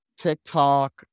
tiktok